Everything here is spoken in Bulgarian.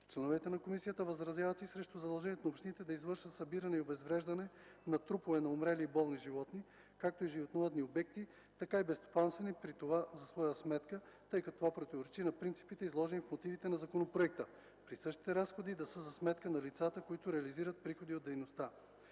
Членовете на комисията възразяват и срещу задължението на общините да извършват събиране и обезвреждане на трупове на умрели и болни животни, както от животновъдни обекти, така и безстопанствени, при това за своя сметка, тъй като това противоречи на принципите, изложени в мотивите на законопроекта – присъщите разходи да са за сметка на лицата, които реализират приходи от дейността.